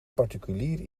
particulier